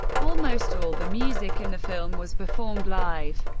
almost all the music in the film was performed live.